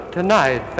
tonight